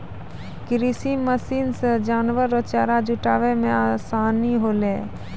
कृषि मशीन से जानवर रो चारा जुटाय मे आसानी होलै